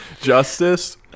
justice